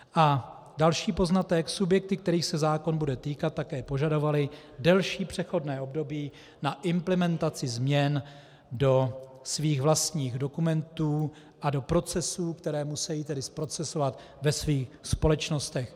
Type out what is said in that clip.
A další poznatek, subjekty, kterých se bude zákon týkat, také požadovaly delší přechodné období na implementaci změn do svých vlastních dokumentů a do procesů, které musejí zprocesovat ve svých společnostech.